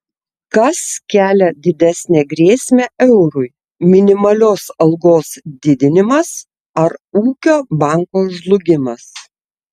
kas kelia didesnę grėsmę eurui minimalios algos didinimas ar ūkio banko žlugimas